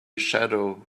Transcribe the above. shadow